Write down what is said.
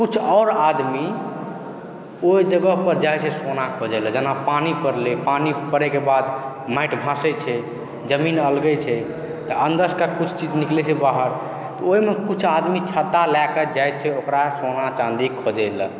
किछु आओर आदमी ओहि जगहपर जाइ छै सोना खोजै लए जेना पानि पड़लै पानि पड़ैके बाद माटि धसै छै जमीन अलगै छै तऽ अन्दर सँ किछु चीज निकलै छै बाहर तऽ ओहिमे किछु आदमी छत्ता लए कऽ जाइ छै ओकरा सोना चाँदी खोजै लए